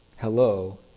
Hello